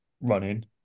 running